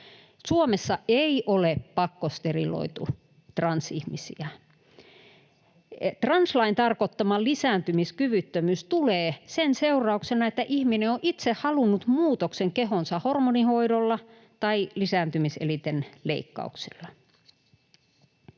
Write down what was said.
Suomessa ei ole pakkosteriloitu transihmisiä. Translain tarkoittama lisääntymiskyvyttömyys tulee sen seurauksena, että ihminen on itse halunnut muutoksen kehonsa hormonihoidolla tai lisääntymis-elinten leikkauksilla.